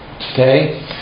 Okay